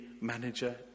manager